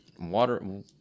water